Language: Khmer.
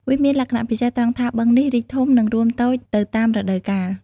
វាមានលក្ខណៈពិសេសត្រង់ថា បឹងនេះរីកធំ និងរួមតូចទៅតាមរដូវកាល។